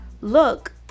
look